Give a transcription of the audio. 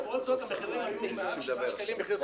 למרות זאת המחירים עלו מעל 7 שקלים מחיר סיטונאי.